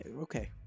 Okay